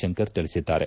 ಶಂಕರ್ ತಿಳಿಸಿದ್ದಾರೆ